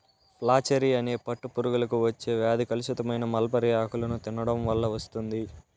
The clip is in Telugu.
ఫ్లాచెరీ అనే పట్టు పురుగులకు వచ్చే వ్యాధి కలుషితమైన మల్బరీ ఆకులను తినడం వల్ల వస్తుంది